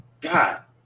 God